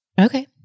Okay